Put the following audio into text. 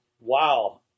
wow